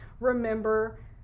remember